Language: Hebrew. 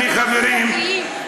זה חריג.